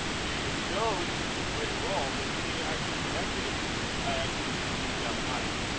see it shows it's ready roll but you need to actually connect it by actually keying down the mic